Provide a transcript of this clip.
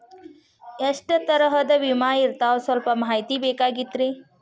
ಎಷ್ಟ ತರಹದ ವಿಮಾ ಇರ್ತಾವ ಸಲ್ಪ ಮಾಹಿತಿ ಬೇಕಾಗಿತ್ರಿ